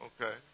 Okay